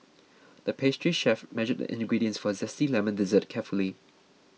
the pastry chef measured the ingredients for a Zesty Lemon Dessert carefully